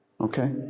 Okay